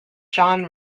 john